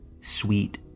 sweet